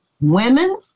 women